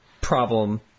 problem